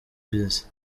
bize